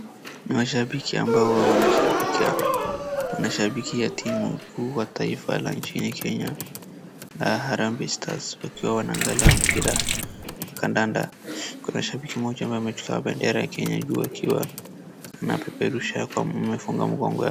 Mashabiki ambao hua wanashabikia, wanashabikia timu kuu wa taifa la nchini Kenya, la Harambee Stars wakiwa wanaangalia mpira wa kandanda, kuna shabiki mmoja amechukua bendera ya Kenya juu akiwa anapeperusha kama amefunga mgongo yake.